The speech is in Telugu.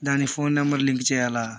దాని ఫోన్ నెంబర్ లింక్ చేయాలా